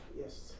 Yes